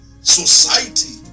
society